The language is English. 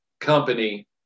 company